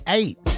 eight